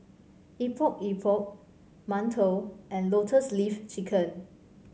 Epok Epok mantou and Lotus Leaf Chicken